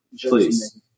Please